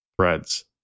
threads